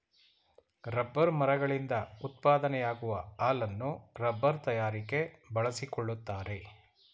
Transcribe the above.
rubber ಮರಗಳಿಂದ ಉತ್ಪಾದನೆಯಾಗುವ ಹಾಲನ್ನು ರಬ್ಬರ್ ತಯಾರಿಕೆ ಬಳಸಿಕೊಳ್ಳುತ್ತಾರೆ